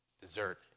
dessert